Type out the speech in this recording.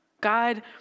God